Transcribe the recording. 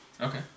Okay